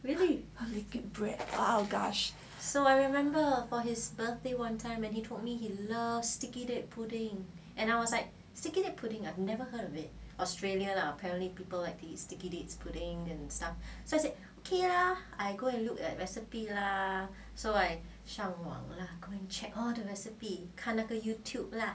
liquid bread oh gosh